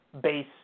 base